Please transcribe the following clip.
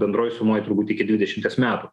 bendroj sumoj turbūt iki dvidešimties metų